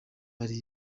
hari